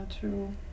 true